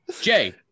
Jay